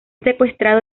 secuestrado